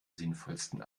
sinnvollsten